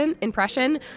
impression